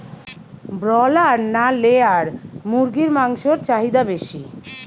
Broiler না layer মুরগির মাংসর চাহিদা বেশি?